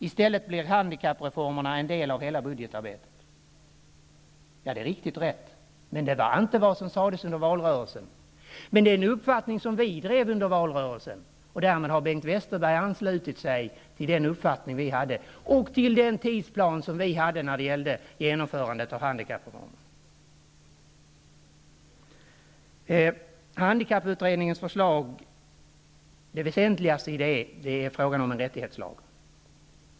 I stället blir handikappreformerna en del av hela budgetarbetet. Ja, det är riktigt, men det var inte vad som sades under valrörelsen. Det är en uppfattning som vi drev under valrörelsen, och därmed har Bengt Westerberg anslutit sig till den uppfattning vi hade och till den tidsplan som vi hade när det gällde genomförandet av handikappreformen. Det väsentligaste i handikapputredningens förslag är frågan om en rättighetslag.